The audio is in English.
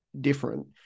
different